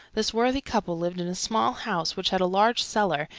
this worthy couple lived in a small house which had a large cellar,